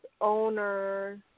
owner